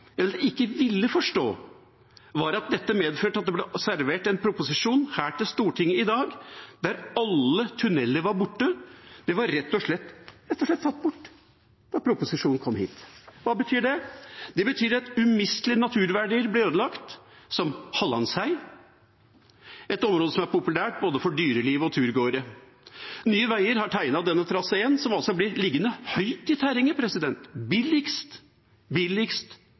eller ikke ville forstå, var at dette medførte at det ble servert en proposisjon til Stortinget i dag der alle tunneler var borte, de var rett og slett tatt bort da proposisjonen kom hit. Hva betyr det? Det betyr at umistelige naturverdier blir ødelagt, som Hallandsheia, et område som er populært både for dyreliv og for turgåere. Nye Veier har tegnet denne traseen, som altså blir liggende høyt i terrenget – billigst, billigst,